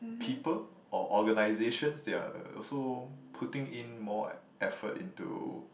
people or organizations they are uh also putting in more effort into